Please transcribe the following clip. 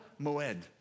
moed